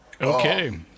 Okay